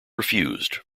refused